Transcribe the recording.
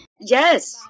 yes